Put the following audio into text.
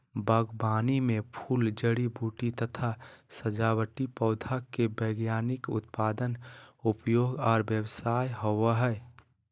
बागवानी मे फूल, जड़ी बूटी तथा सजावटी पौधा के वैज्ञानिक उत्पादन, उपयोग आर व्यवसाय होवई हई